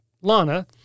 Lana